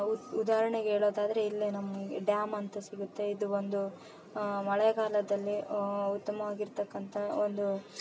ಉ ಉದಾಹರ್ಣೆಗೆ ಹೇಳೋದಾದ್ರೆ ಇಲ್ಲೇ ನಮ್ಮ ಡ್ಯಾಮ್ ಅಂತಾ ಸಿಗುತ್ತೆ ಇದು ಬಂದು ಮಳೆಗಾಲದಲ್ಲಿ ಉತ್ತಮ್ವಾಗಿರ್ತಕ್ಕಂಥ ಒಂದು